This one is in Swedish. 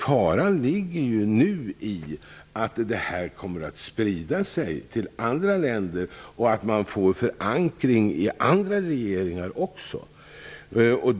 Faran ligger nu i att detta kommer att sprida sig till andra länder och att man får förankring i andra regeringar också.